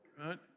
right